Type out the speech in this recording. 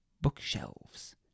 Bookshelves